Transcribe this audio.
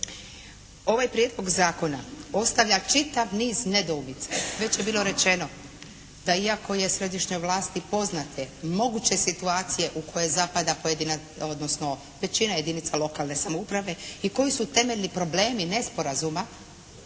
Ovaj Prijedlog zakona ostavlja čitav niz nedoumica. Već je bilo rečeno da iako je središnjoj vlasti poznate moguće situacije u koje zapada pojedina, odnosno većina jedinica lokalne samouprave i koji su temeljni problemi nesporazuma